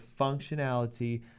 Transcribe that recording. functionality